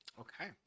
Okay